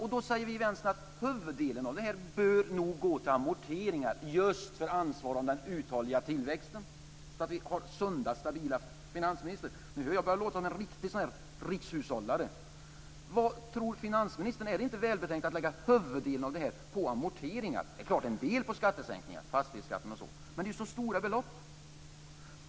Vi i Vänstern säger att huvuddelen av detta nog bör gå till amorteringar just för att ta ansvar för den uthålliga tillväxten så att vi har sunda stabila finanser. Nu har jag börjat låta som en riktig rikshushållare. Vad tror finansministern? Är det inte välbetänkt att lägga huvuddelen av detta på amorteringar? Det är klart att vi ska lägga en del på skattesänkningar, t.ex. fastighetsskatten, men det är ju så stora belopp.